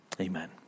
Amen